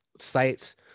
sites